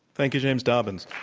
thank you, james dobbins.